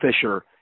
Fisher